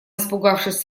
испугавшись